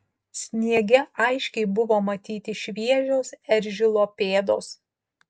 sniege aiškiai buvo matyti šviežios eržilo pėdos